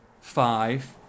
five